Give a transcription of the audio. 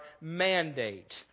mandate